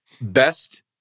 best